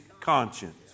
conscience